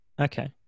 Okay